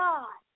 God